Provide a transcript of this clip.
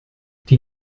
die